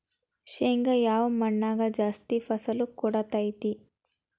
ಶೇಂಗಾ ಯಾವ ಮಣ್ಣಾಗ ಜಾಸ್ತಿ ಫಸಲು ಕೊಡುತೈತಿ?